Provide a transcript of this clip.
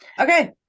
Okay